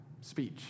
speech